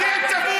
ההתנתקות,